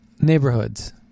neighborhoods